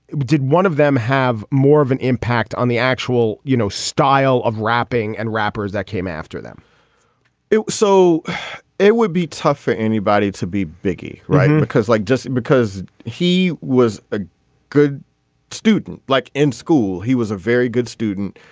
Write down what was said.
did one of them have more of an impact on the actual you know style of rapping and rappers that came after them so it would be tough for anybody to be biggie right. because like just because he was a good student like in school he was a very good student.